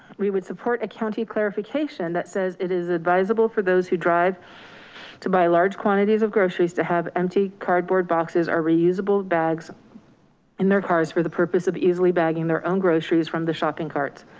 we would support a county clarification that says it is advisable for those who drive to buy large quantities of groceries to have empty cardboard boxes or reusable bags in their cars for the purpose of easily bagging their own groceries from the shopping cart.